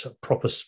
proper